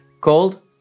called